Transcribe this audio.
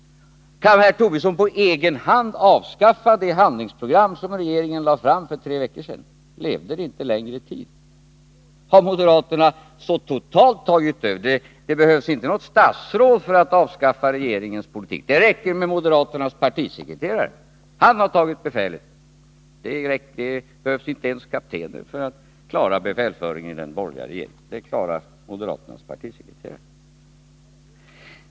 Kan herr Tobisson på egen hand avskaffa det handlingsprogram som regeringen lade fram för tre veckor sedan? Levde det inte längre tid? Har moderaterna så totalt tagit över? Det behövs tydligen inte något statsråd för att avskaffa regeringspolitiken — det räcker med moderaternas partisekreterare, han har tagit befälet. Det behövs inte ens kaptener för att klara befälsföringen i den borgerliga regeringen — det klarar moderaternas partisekreterare.